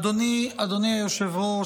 אדוני היושב-ראש,